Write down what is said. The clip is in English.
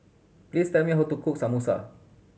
please tell me how to cook Samosa